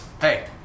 hey